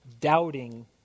doubting